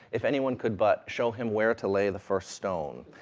if anyone could but show him where to lay the first stone.